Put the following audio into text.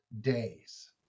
days